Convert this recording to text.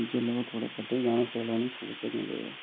ते जेल्लै में थोह्ड़े बड्डे होई जाह्ङ फिर में बी स्कूल भेजना चाहिदा